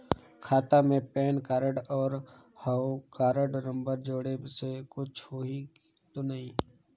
खाता मे PAN card और हव कारड नंबर जोड़े से कुछ होही तो नइ?